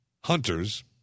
hunters